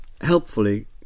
helpfully